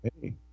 Hey